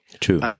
true